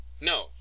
No